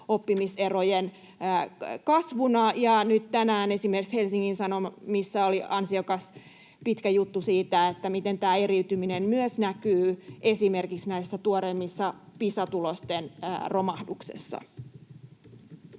oppimiserojen kasvuna, ja nyt tänään esimerkiksi Helsingin Sanomissa oli ansiokas pitkä juttu siitä, miten tämä eriytyminen näkyy myös esimerkiksi tuoreimpien Pisa-tulosten romahduksessa.